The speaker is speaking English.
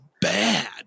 bad